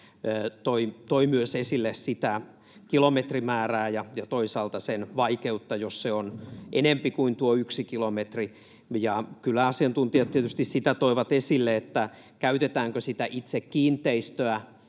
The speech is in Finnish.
toi myös esille sitä kilometrimäärää ja toisaalta sen vaikeutta, jos se on enempi kuin tuo yksi kilometri. Kyllä asiantuntijat tietysti sitä toivat esille, käytetäänkö sitä itse kiinteistöä